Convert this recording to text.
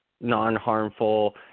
non-harmful